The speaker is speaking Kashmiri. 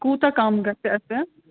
کوٗتاہ کَم گَژھِ اَسہِ